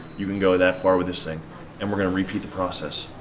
you can go that far with this thing and we're gonna repeat the process.